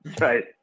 Right